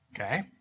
okay